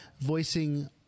voicing